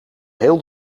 heel